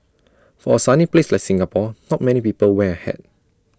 for A sunny place like Singapore not many people wear A hat